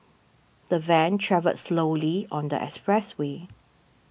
the van travelled slowly on the expressway